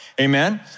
amen